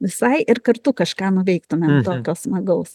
visai ir kartu kažką nuveiktume tokio smagaus